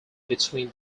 between